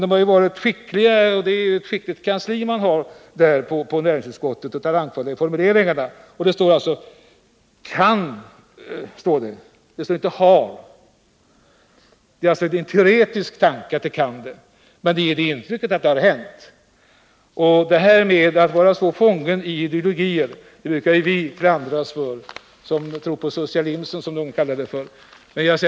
Det är ju ett skickligt kansli på utskottet som arbetar med formuleringar. Det står alltså ”kan motverka”, det står inte ”har motverkat”. Det är en teoretisk tanke att det kan bli på detta sätt, men man får intrycket att det har hänt. Att vara fångna i en ideologi brukar ju vi klandras för som tror på ”socialimsen” som socialismen ibland kallas för.